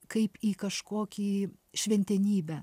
kaip į kažkokį šventenybę